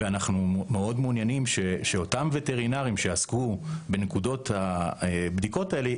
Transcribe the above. ואנחנו מעוניינים מאוד שאותם וטרינרים שעסקו בנקודות הבדיקות האלה,